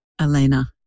Elena